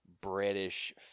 British